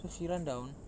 so she run down